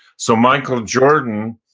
so michael jordan,